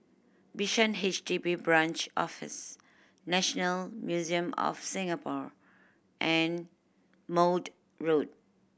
Bishan H D B Branch Office National Museum of Singapore and Maude Road